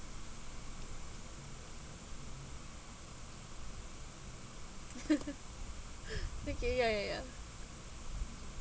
okay ya ya ya